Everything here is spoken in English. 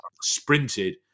sprinted